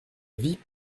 vie